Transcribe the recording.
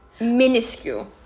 minuscule